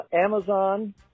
Amazon